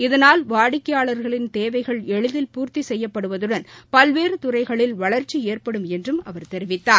இதனால் வாடிக்கையாளர்களின் தேவைகள் எளிதில் பூர்த்தி செய்யப்படுவதுடன் பல்வேறு துறைகளில் வளர்ச்சி ஏற்படும் என்றும் அவர் தெரிவித்தார்